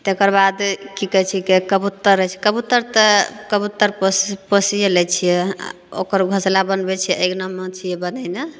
तेकरबाद की कहैत छिकै कबुत्तर अछि कबुत्तर तऽ कबुत्तर पोस पोसिये लै छियै आ ओकर घोँसला बनबै छियै अङ्गनामे तऽ छियै बनैने